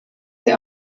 wir